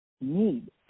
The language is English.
need